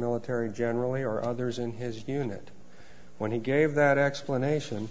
military generally or others in his unit when he gave that explanation and